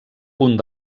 punt